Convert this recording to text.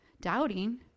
doubting